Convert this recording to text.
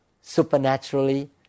supernaturally